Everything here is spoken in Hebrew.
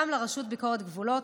גם לרשות ביקורת גבולות,